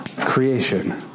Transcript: Creation